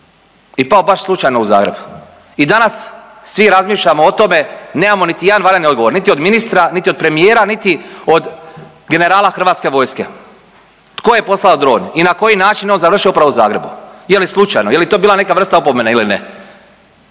i pao baš slučajno u Zagrebu i danas svi razmišljamo o tome, nemamo niti jedan valjani odgovor, niti od ministra, niti od premijera, niti od generala HV-a, tko je poslao dron i na koji način je on završio upravo u Zagrebu? tko je poslao dron i na